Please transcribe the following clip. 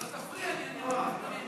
אל תפריע לי, אני אעמוד בזמנים.